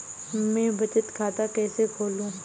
मैं बचत खाता कैसे खोलूँ?